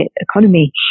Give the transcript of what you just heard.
economy